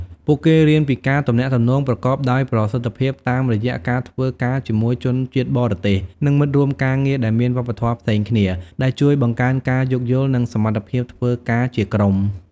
ពួកគេរៀនពីការទំនាក់ទំនងប្រកបដោយប្រសិទ្ធភាពតាមរយៈការធ្វើការជាមួយជនជាតិបរទេស និងមិត្តរួមការងារដែលមានវប្បធម៌ផ្សេងគ្នា ដែលជួយបង្កើនការយោគយល់ និងសមត្ថភាពធ្វើការជាក្រុម។